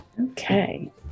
Okay